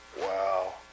Wow